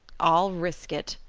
i'll risk it,